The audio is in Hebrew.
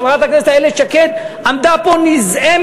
חברת הכנסת איילת שקד עמדה פה נזעמת,